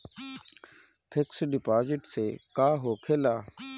Fix deposit से का होखे ला?